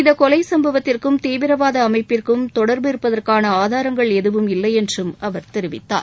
இந்த கொலை சம்பவத்திற்கும் தீவிரவாத அமைப்பிற்கும் தொடர்பிருப்பதற்கான ஆதாரங்கள் எதுவும் இல்லை என்றும் அவர் தெரிவித்தார்